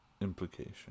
implication